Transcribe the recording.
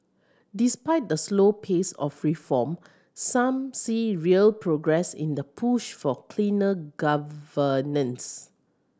despite the slow pace of reform some see real progress in the push for cleaner governance